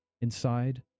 inside